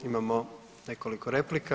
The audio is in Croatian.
Imamo nekoliko replika.